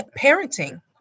parenting